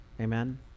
Amen